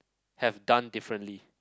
have done differently